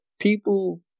people